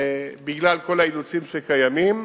בגלל כל האילוצים שקיימים,